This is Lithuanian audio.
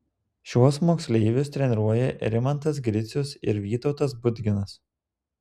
šiuos moksleivius treniruoja rimantas gricius ir vytautas budginas